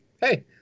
Hey